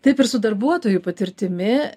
taip ir su darbuotojų patirtimi